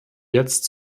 jetzt